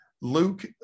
Luke